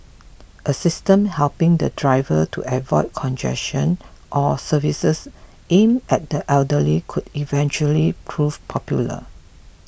a system helping the driver to avoid congestion or services aimed at the elderly could eventually prove popular